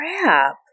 crap